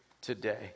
today